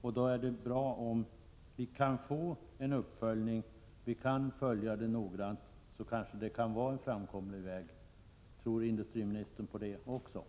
Det är då bra om vi kan få till stånd en noggrann uppföljning; det kanske kan vara en framkomlig väg. Tror industriministern också på det?